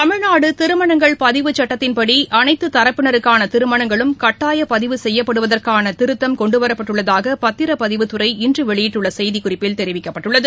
தமிழ்நாடு திருமணங்கள் பதிவுச்சட்டத்தின்படி அனைத்து தரப்பினருக்கான திருமணங்களும் கட்டாய பதிவு செய்யப்படுவதற்கான திருத்தம் கொண்டுவரப்பட்டுள்ளதாக பத்திரப்பதிவுத்துறை இன்று வெளியிட்டுள்ள செய்திக்குறிப்பில் தெரிவிக்கப்பட்டுள்ளது